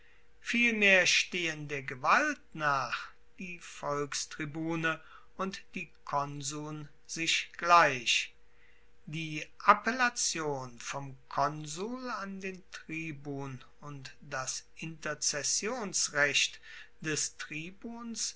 vielmehr stehen der gewalt nach die volkstribune und die konsuln sich gleich die appellation vom konsul an den tribun und das interzessionsrecht des tribuns